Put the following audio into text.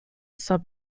sub